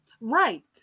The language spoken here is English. Right